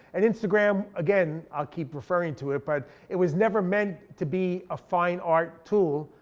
and instagram, again, i'll keep referring to it. but it was never meant to be a fine art tool,